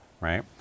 right